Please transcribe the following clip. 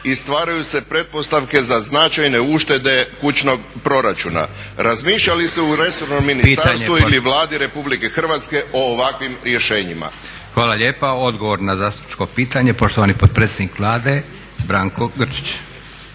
stvaraju se pretpostavke za značajne uštede kućnog proračuna. Razmišlja li se u resornom ministarstvu ili Vladi RH o ovakvim rješenjima? **Leko, Josip (SDP)** Hvala lijepa. Odgovor na zastupničko pitanje poštovani potpredsjednik Vlade, Branko Grčić.